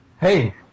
Hey